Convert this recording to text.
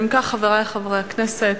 אם כך, חברי חברי הכנסת,